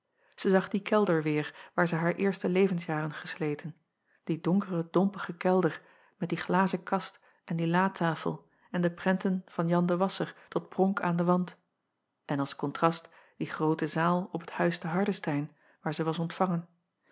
zij zag die kelder weêr waar zij haar eerste levensjaren gesleten die donkere dompige kelder met die glazekast en die latafel en de prenten van an de asscher tot pronk aan den wand en als kontrast die groote zaal op t uis te ardestein acob van ennep laasje evenster delen waar zij was ontvangen